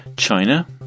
China